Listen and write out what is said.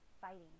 fighting